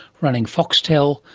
running foxtel,